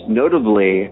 notably